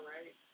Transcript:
right